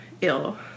ill